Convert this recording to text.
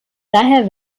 daher